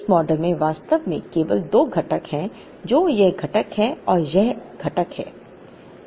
इस मॉडल में वास्तव में केवल 2 घटक हैं जो यह घटक और यह घटक है